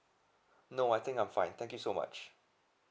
no I think I'm fine thank you so much